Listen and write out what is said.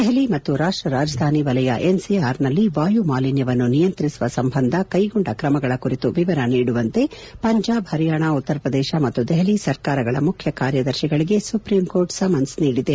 ದೆಹಲಿ ಮತ್ತು ರಾಷ್ಟ ರಾಜಧಾನಿ ವಲಯ ಎನ್ಸಿಆರ್ನಲ್ಲಿ ವಾಯು ಮಾಲಿನ್ಜವನ್ನು ನಿಯಂತ್ರಿಸುವ ಸಂಬಂಧ ಕ್ಟೆಗೊಂಡ ಕ್ರಮಗಳ ಕುರಿತು ವಿವರ ನೀಡುವಂತೆ ಪಂಜಾಬ್ ಹರಿಯಾಣ ಉತ್ತರಪ್ರದೇಶ ಮತ್ತು ದೆಹಲಿ ಸರ್ಕಾರಗಳ ಮುಖ್ಯಕಾರ್ಯದರ್ತಿಗಳಿಗೆ ಸುಪ್ರೀಂ ಕೋರ್ಟ್ ಸಮನ್ಸ್ ನೀಡಿದೆ